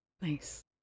Nice